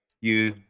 use